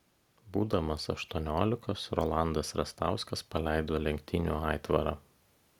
būdamas aštuoniolikos rolandas rastauskas paleido lenktynių aitvarą